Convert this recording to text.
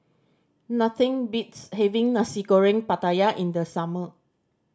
nothing beats having Nasi Goreng Pattaya in the summer